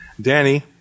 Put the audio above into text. Danny